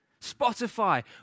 Spotify